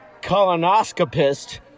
colonoscopist